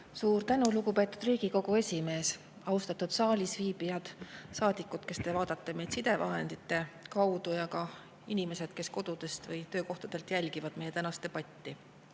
Suur tänu, lugupeetud Riigikogu esimees! Austatud saalis viibijad, saadikud, kes te vaatate meid sidevahendite kaudu, ja ka inimesed, kes kodudest või töökohtadelt jälgivad meie tänast